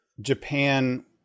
Japan